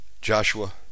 Joshua